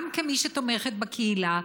גם כמי שתומכת בקהילה,